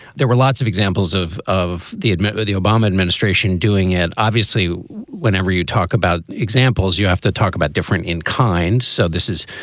there were lots of examples of of the admittedly the obama administration doing it. obviously, whenever you talk about examples, you have to talk about different in kind. so this is,